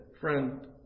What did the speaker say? friend